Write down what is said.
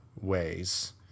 ways